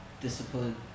discipline